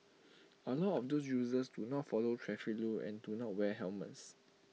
A lot of those users do not follow traffic rules and do not wear helmets